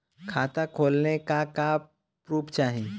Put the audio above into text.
खाता खोलले का का प्रूफ चाही?